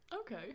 Okay